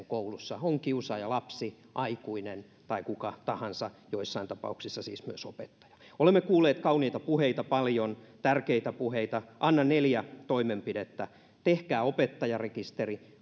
koulussa on kiusaaja lapsi aikuinen tai kuka tahansa joissain tapauksissa siis myös opettaja olemme kuulleet paljon kauniita puheita tärkeitä puheita annan neljä toimenpidettä tehkää opettajarekisteri